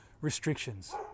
restrictions